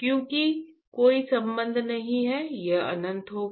क्योंकि कोई संबंध नहीं है यह अनंत होगा